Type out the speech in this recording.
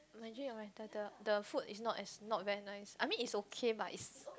Mandarin Oriental the the food is not as not very nice I mean is okay but is